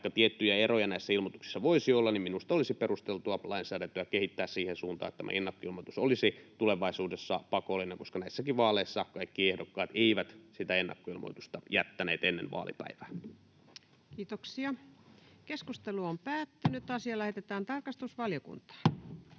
vaikka tiettyjä eroja näissä ilmoituksissa voisi olla, niin minusta olisi perusteltua kehittää lainsäädäntöä siihen suuntaan, että tämä ennakkoilmoitus olisi tulevaisuudessa pakollinen, koska näissäkään vaaleissa kaikki ehdokkaat eivät sitä ennakkoilmoitusta jättäneet ennen vaalipäivää.